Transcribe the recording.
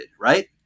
right